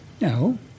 No